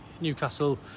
Newcastle